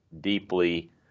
deeply